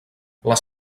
les